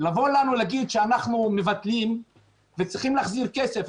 לבוא אלינו ולהגיד שמבטלים ושאנחנו צריכים להחזיר כסף.